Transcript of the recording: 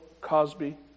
Cosby